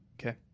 Okay